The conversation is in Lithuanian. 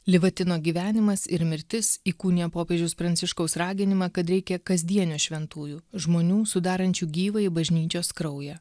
livatino gyvenimas ir mirtis įkūnija popiežiaus pranciškaus raginimą kad reikia kasdienio šventųjų žmonių sudarančių gyvąjį bažnyčios kraują